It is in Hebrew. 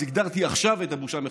אז הגדרתי עכשיו את הבושה מחדש.